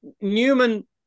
Newman